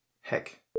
Heck